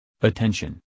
attention